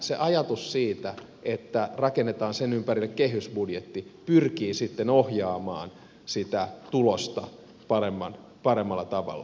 se ajatus siitä että rakennetaan sen ympärille kehysbudjetti pyrkii sitten ohjaamaan sitä tulosta paremmalla tavalla